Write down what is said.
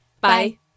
Bye